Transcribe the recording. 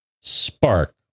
spark